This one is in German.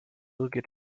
birgit